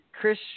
Chris